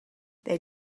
they